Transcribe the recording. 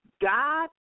God